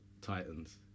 Titans